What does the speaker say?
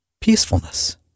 peacefulness